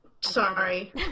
Sorry